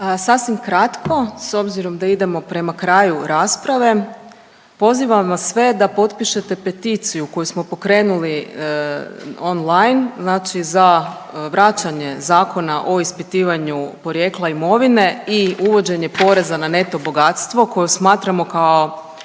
Sasvim kratko s obzirom da idemo prema kraju rasprave. Pozivam vas sve da potpišete peticiju koju smo pokrenuli online znači za vraćanje Zakona o ispitivanju porijekla imovine i uvođenje poreza na neto bogatstvo koju smatramo kao